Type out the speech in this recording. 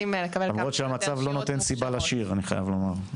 למרות שהמצב לא נותן סיבה לשיר, אני חייב לומר.